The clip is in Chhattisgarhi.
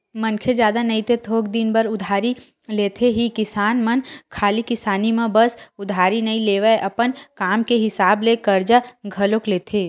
मनखे जादा नई ते थोक दिन बर उधारी लेथे ही किसान मन खाली किसानी म बस उधारी नइ लेवय, अपन काम के हिसाब ले करजा घलोक लेथे